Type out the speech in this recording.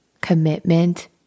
commitment